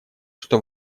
что